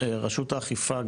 רשות האכיפה גם,